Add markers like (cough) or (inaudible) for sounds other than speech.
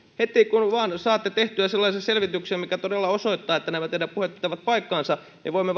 heti kun vain saatte tehtyä sellaisen selvityksen mikä todella osoittaa että nämä teidän puheenne pitävät paikkansa voimme (unintelligible)